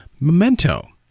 Memento